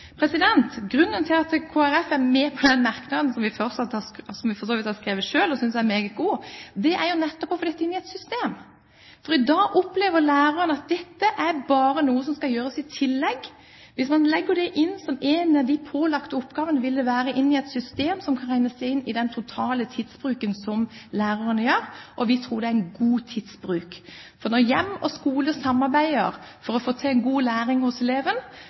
Grunnen til at Kristelig Folkeparti er med på den merknaden, som vi for så vidt har skrevet selv, og som vi synes er meget god, er jo nettopp for å få dette inn i et system, for i dag opplever lærerne at dette bare er noe som skal gjøres i tillegg. Hvis man legger det inn som én av de pålagte oppgavene, ville det være i et system som kan regnes inn i den totale tidsbruken til lærerne, og vi tror det er en god tidsbruk. For når hjem og skole samarbeider for å få til en god læring hos eleven,